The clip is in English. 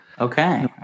Okay